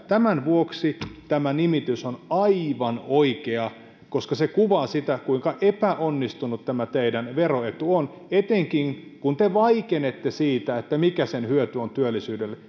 tämän vuoksi tämä nimitys on aivan oikea koska se kuvaa sitä kuinka epäonnistunut tämä teidän vero etunne on etenkin kun te vaikenette siitä mikä sen hyöty on työllisyydelle